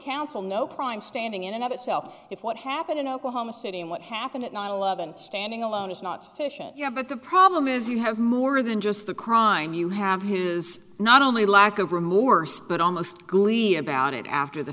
counsel no crime standing in and of itself if what happened in oklahoma city and what happened at nine eleven standing alone is not sufficient you know but the problem is you have more than just the crime you have his not only lack of remove worst but almost gleeful about it after the